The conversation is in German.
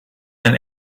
ein